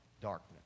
darkness